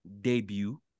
debut